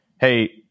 hey